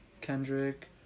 Kendrick